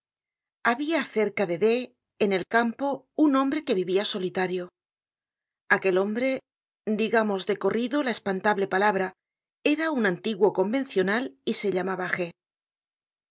habia cerca de d en el campo un hombre que vivia solitario aquel hombre digamos de corrido la espantable palabra era un antiguo convencional y se llama